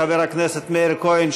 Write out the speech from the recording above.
חבר הכנסת מאיר כהן,